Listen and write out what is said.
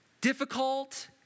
difficult